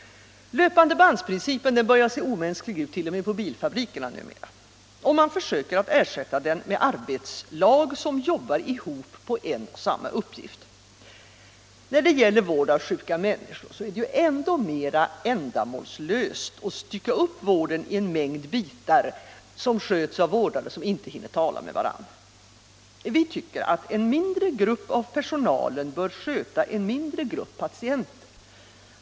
Löpandebandprincipen börjar se omänsklig ut t.o.m. i bilfabrikerna numera, och man försöker ersätta den med arbetslag som jobbar ihop på en och samma uppgift. När det gäller vård av sjuka människor är det ännu mera ändamålslöst att stycka upp vården i en mängd bitar, skötta av vårdare som inte hinner tala med varann. En mindre grupp av personalen bör enligt vårt förslag sköta en mindre grupp patienter.